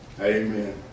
Amen